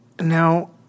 Now